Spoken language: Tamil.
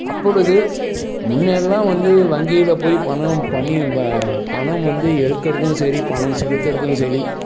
அப்பொழுது முன்னெல்லாம் வந்து வங்கியில் போயி பணம் பணிய வ பணம் வந்து எடுக்கறதும் சரி பணம் செலுத்துறதும் சரி